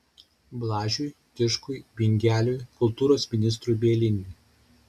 blažiui tiškui bingeliui kultūros ministrui bieliniui